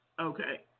Okay